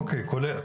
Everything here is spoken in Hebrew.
אוקיי,